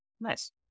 Nice